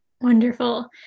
Wonderful